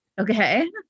Okay